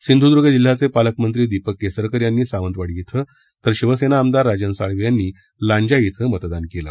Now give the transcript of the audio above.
सिंधुदुर्ग जिल्ह्याचे पालकमंत्री दीपक केसरकर यांनी सावंतवाडी क्वि तर शिवसेना आमदार राजन साळवी यांनी लांजा क्वि मतदान केलं